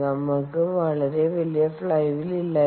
നമ്മൾ ക്ക് വളരെ വലിയ ഫ്ലൈ വീൽ ഇല്ലായിരുന്നു